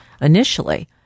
initially